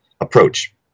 approach